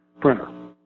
Printer